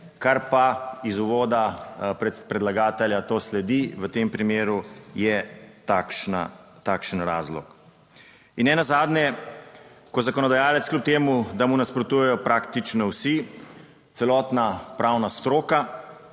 kar pa iz uvoda predlagatelja to sledi, v tem primeru je takšen razlog. In nenazadnje, ko zakonodajalec kljub temu, da mu nasprotujejo praktično vsi, celotna pravna stroka,